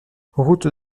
route